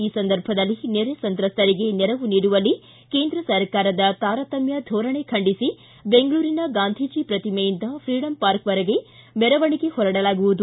ಈ ಸಂದರ್ಭದಲ್ಲಿ ನೆರೆ ಸಂತ್ರಸ್ಥರಿಗೆ ನೆರವು ನೀಡುವಲ್ಲಿ ಕೇಂದ್ರ ಸರ್ಕಾರದ ತಾರತಮ್ಯ ಧೋರಣೆ ಖಂಡಿಸಿ ಬೆಂಗಳೂರಿನ ಗಾಂಧೀಟಿ ಶ್ರತಿಮೆಯಿಂದ ಫ್ರೀಡಂ ಪಾರ್ಕ್ವರೆಗೆ ಮೆರವಣಿಗೆ ಹೊರಡಲಾಗುವುದು